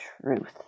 truth